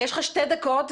יש לך שתי דקות.